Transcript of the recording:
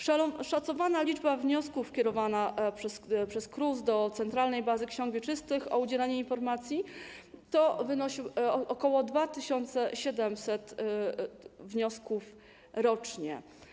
Szacowana liczba wniosków kierowanych przez KRUS do centralnej bazy ksiąg wieczystych o udzielanie informacji wynosi ok. 2700 wniosków rocznie.